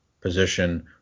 position